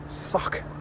fuck